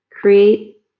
create